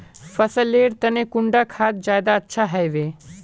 फसल लेर तने कुंडा खाद ज्यादा अच्छा हेवै?